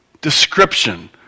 description